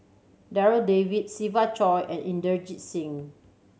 Darryl David Siva Choy and Inderjit Singh